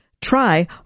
try